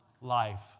Life